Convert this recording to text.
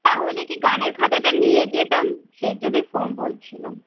তাহলে কি গানের খাতাটা নিয়ে যেতাম সেজন্যেই ফোন বলছিলাম